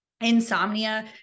insomnia